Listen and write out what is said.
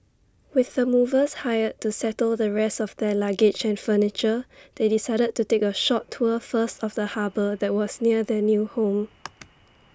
with the movers hired to settle the rest of their luggage and furniture they decided to take A short tour first of the harbour that was near their new home